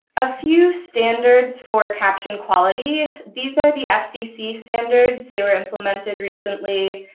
a few standards for caption quality these are the fcc standards. they were implemented recently.